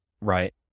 Right